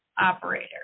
operator